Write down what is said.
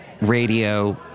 radio